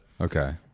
okay